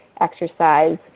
exercise